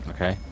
Okay